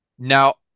Now